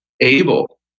able